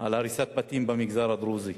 על הריסת בתים במגזר הדרוזי.